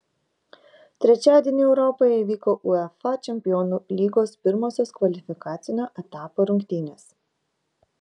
trečiadienį europoje įvyko uefa čempionų lygos pirmosios kvalifikacinio etapo rungtynės